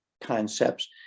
concepts